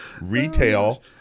retail